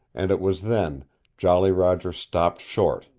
and it was then jolly roger stopped short,